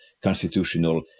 constitutional